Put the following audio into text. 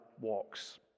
walks